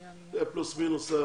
זה פלוס מינוס המצב.